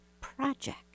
project